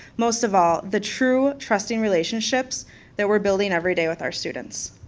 most of all the true trusting relationships that we're building every day with our students.